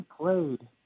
played